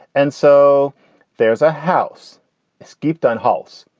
and so there's a house steeped on house.